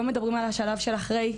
לא מדברים על השלב של אחרי,